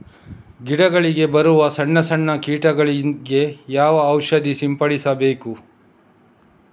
ಗಿಡಗಳಿಗೆ ಬರುವ ಸಣ್ಣ ಸಣ್ಣ ಕೀಟಗಳಿಗೆ ಯಾವ ಔಷಧ ಸಿಂಪಡಿಸಬೇಕು?